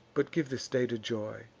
but give this day to joy.